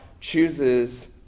chooses